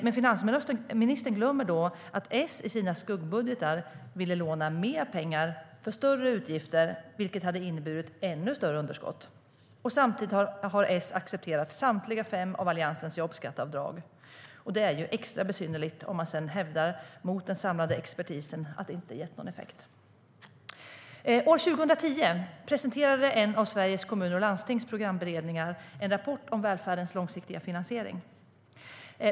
Men finansministern glömmer då att S i sina skuggbudgetar ville låna mer pengar till större utgifter, vilket hade inneburit ännu större underskott. Samtidigt har S accepterat samtliga fem av Alliansens jobbskatteavdrag. Det är extra besynnerligt om man sedan hävdar, mot den samlade expertisen, att det inte gett någon effekt. År 2010 presenterade en av Sveriges Kommuner och Landstings programberedningar en rapport om välfärdens långsiktiga finansiering.